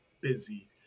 busy